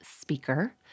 speaker